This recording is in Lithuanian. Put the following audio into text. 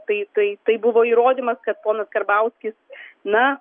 tai tai tai buvo įrodymas kad ponas karbauskis na